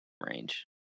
range